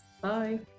Bye